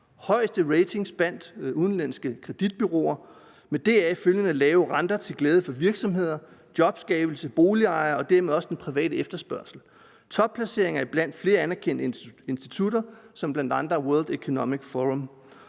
højeste ratings blandt udenlandske kreditbureauer med deraf følgende lav rente til glæde for virksomheder, jobskabelse og boligejere og dermed også den private efterspørgsel. Der var topplacering hos flere anerkendte institutter som blandt andre World Economic Forum.